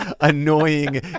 annoying